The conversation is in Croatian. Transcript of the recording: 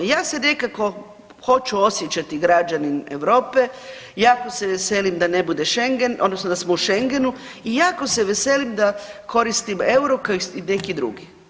Ja se nekako hoću osjećati građanin Europe, jako se veselim da ne bude Schengen odnosno da smo u Schengenu i jako se veselim da koristim euro kao i neki drugi.